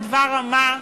ודבר-מה,